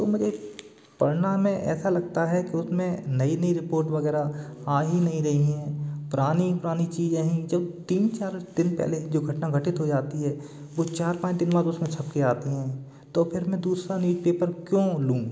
तो मुझे पढ़ना में ऐसा लगता है कि उसमें नई नई रिपोर्ट वगैरह आ ही नहीं रही हैं पुरानी पुरानी चीज यहीं जब तीन चार दिन पहले जो घटना घटित हो जाती है वो चार पाँच दिन बाद उसमें छप के आती हैं तो फिर मैं दूसरा न्यूज़पेपर क्यों लूं